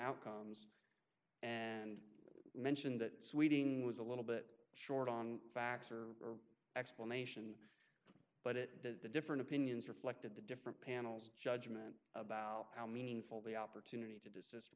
outcomes and mention that sweeting was a little bit short on facts or explanation but it did the different opinions reflected the different panels judgement about how meaningful the opportunity to